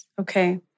Okay